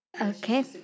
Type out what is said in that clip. Okay